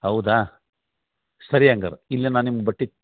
ಹೌದಾ ಸರಿ ಹಂಗಾದ್ರೆ ಇಲ್ಲ ನಾನು ನಿಮ್ಗೆ ಬಟ್ಟೆ